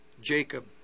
Jacob